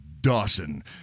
Dawson